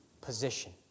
position